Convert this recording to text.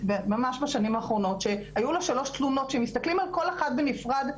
ממש בשנים האחרונות שהיו לו שלוש תלונות וכשמתסכלים על כל אחת בנפרד,